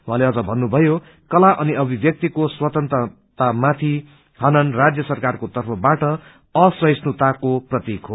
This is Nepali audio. उहाँले अझ भन्नुभयो कला अनि अभिव्यक्तिको स्वतन्त्रतामाथि हनन राज्य सरकारको तर्फबाट असहिष्णुताको प्रतीक हो